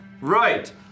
Right